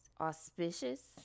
auspicious